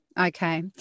okay